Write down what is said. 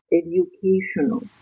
educational